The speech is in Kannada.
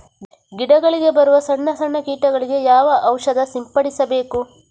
ಗಿಡಗಳಿಗೆ ಬರುವ ಸಣ್ಣ ಸಣ್ಣ ಕೀಟಗಳಿಗೆ ಯಾವ ಔಷಧ ಸಿಂಪಡಿಸಬೇಕು?